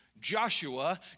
Joshua